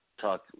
talk